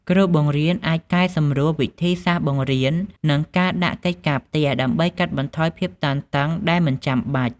គ្រូបង្រៀនអាចកែសម្រួលវិធីសាស្ត្របង្រៀននិងការដាក់កិច្ចការផ្ទះដើម្បីកាត់បន្ថយភាពតានតឹងដែលមិនចាំបាច់។